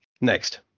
Next